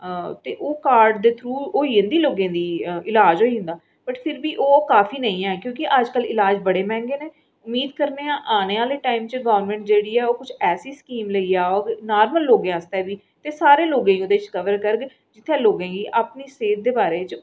ते ओह् कार्ड़ दे थ्रू लोकैं दा इलाज होई जंदा बट फिर बी ओह् काफी नेईं ऐ क्यूंकि अजकल इलाज बड़े महंगे न उम्मीद करनेआं आने टाईम च गोरमैंट जेह्ड़ी ऐ ओह् कुछ ऐसी स्कीम लेइयै औग नार्मल लोकें आस्तै बी ते सारें लोकें गी ओह्दे च कवर करग जित्थै लोकें गी अपनी सेह्त दे बारे च